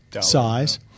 size